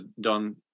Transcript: done